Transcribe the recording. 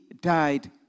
died